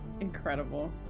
Incredible